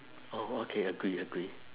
oh okay agree agree